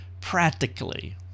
practically